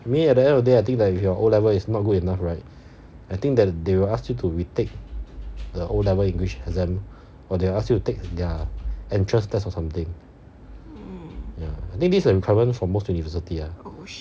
I mean at the end of day I think that if your O level is not good enough right I think that they will ask you to retake the O level english exam or they they'll ask you to take their entrance test or something ya I think this a requirement for most university ah